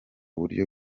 buryo